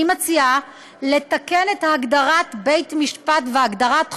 אני מציעה לתקן את הגדרת "בית משפט" והגדרת "חוב"